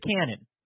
canon